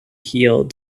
healed